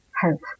health